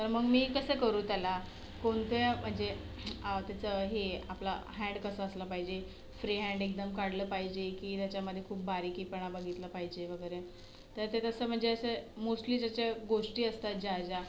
तर मग मी कसं करू त्याला कोणत्या म्हणजे त्याचं हे आपला हॅन्ड कसा असला पाहिजे फ्रीहॅन्ड एकदम काढलं पाहिजे की त्याच्यामध्ये खूप बारीकीपणा बघितलं पाहिजे वगैरे ते आता तसं म्हणजे असे मोस्टली जेचे गोष्टी असतात ज्याज्या